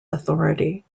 authority